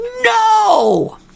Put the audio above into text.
No